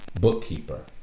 bookkeeper